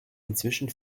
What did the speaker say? inzwischen